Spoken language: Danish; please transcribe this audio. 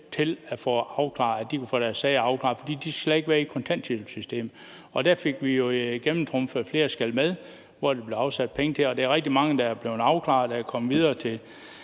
de kan få deres sager afklaret, for de skal slet ikke være i kontanthjælpssystemet. Der fik vi jo gennemtrumfet, at flere skal med, og der blev afsat penge til det. Og der er rigtig mange, der er blevet afklaret og er kommet videre til